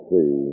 See